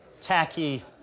tacky